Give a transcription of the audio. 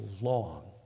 long